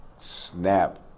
Snap